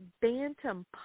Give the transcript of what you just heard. Bantam